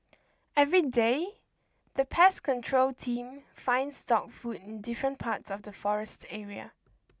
everyday the pest control team finds dog food in different parts of the forest area